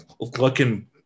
looking